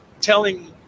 telling